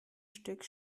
stück